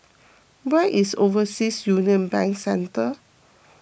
where is Overseas Union Bank Centre